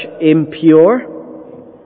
impure